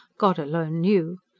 god alone knew.